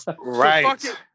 Right